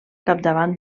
capdavant